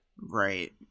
right